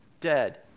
dead